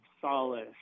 solace